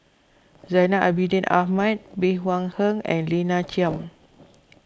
Zainal Abidin Ahmad Bey Hua Heng and Lina Chiam